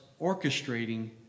orchestrating